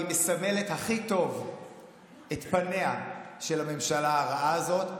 היא מסמלת הכי טוב את פניה של הממשלה הרעה הזאת.